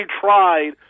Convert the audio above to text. tried